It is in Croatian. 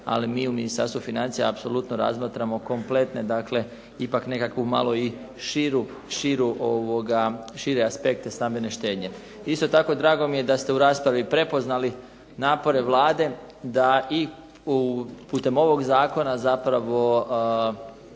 ali mi u Ministarstvu financija apsolutno razmatramo kompletne dakle ipak nekakvu malo i šire aspekte stambene štednje. Isto tako, drago mi je da ste u raspravi prepoznali napore Vlade da i putem ovog zakona zapravo